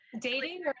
Dating